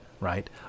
right